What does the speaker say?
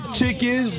Chicken